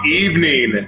evening